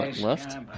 left